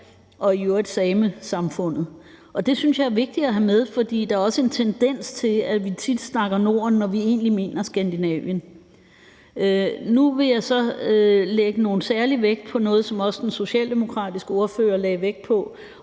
og i øvrigt samesamfundet. Det synes jeg er vigtigt at have med, for der er også en tendens til, at vi tit snakker Norden, når vi egentlig mener Skandinavien. Nu vil jeg så lægge særlig vægt på noget, som også den socialdemokratiske ordfører lagde vægt på,